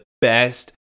best